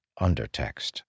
undertext